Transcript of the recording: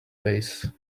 base